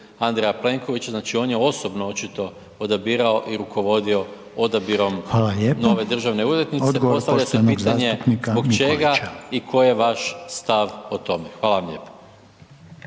A. Plenkovića, znači on je osobno čito odabirao i rukovodio odabirom nove državne odvjetnice, postavlja se pitanje zbog čega i koji